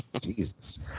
Jesus